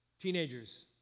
teenagers